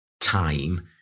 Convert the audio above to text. time